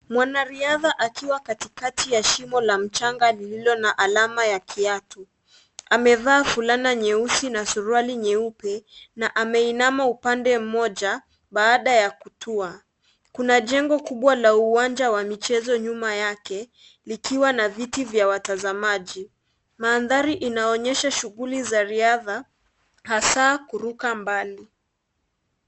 Mwanariadha akiwa katikati la shimo la mchanga lililona alama ya kiatu ,amevaa fulana nyeusi na suruali nyeupe na ameinama upande moja baada ya kutua. Kuna jengo kubwa la uwanja wa michezo nyuma yake, likiwa na viti vya watazamaji. Mandhari inaoyesha shughuli za riadha hasa kuruka mbali.